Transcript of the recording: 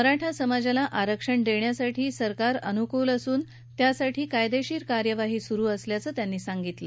मराठा समाजाला आरक्षण देण्यासाठी सरकार अनूकल असून त्यासाठी कायदेशीर कार्यवाही सुरू असल्याचं त्यांनी सांगितलं